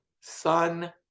sun